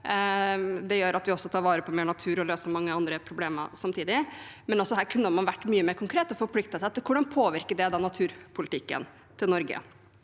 Det gjør at vi tar vare på mer natur og løser mange andre problemer samtidig, men her kunne man vært mye mer konkret og forpliktet seg til hvordan det påvirker naturpolitikken til Norge.